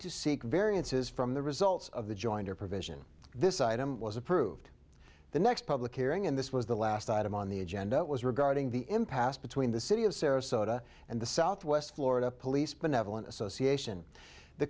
seek variances from the results of the jointer provision this item was approved the next public hearing and this was the last item on the agenda was regarding the impasse between the city of sarasota and the southwest florida police benevolent association the